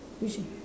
which one